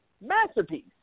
masterpiece